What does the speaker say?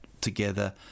together